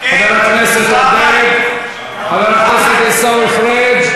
חבר הכנסת עודד, חבר הכנסת עיסאווי פריג'.